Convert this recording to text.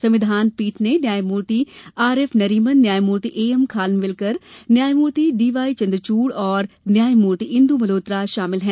संविधान पीठ ने न्यायमूर्ति आर एफ नरीमन न्यायमूर्ति ए एम खानविलकर न्यायमूर्ति डी वाई चंद्रचूड़ और न्यायमूर्ति इंदु मल्होत्रा शामिल हैं